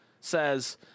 says